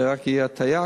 זה יהיה הטעיה,